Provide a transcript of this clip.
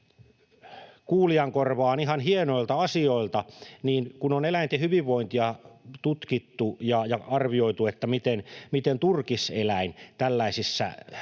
kuulijan korvaan ihan hienoilta asioilta. Eläinten hyvinvointia on tutkittu, ja on arvioitu, miten turkiseläin tällaisissa olosuhteissa